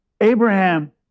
Abraham